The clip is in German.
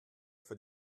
für